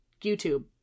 YouTube